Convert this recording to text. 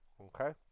Okay